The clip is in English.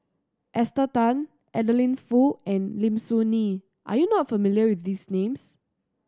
Esther Tan Adeline Foo and Lim Soo Ngee are you not familiar with these names